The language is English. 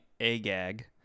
Agag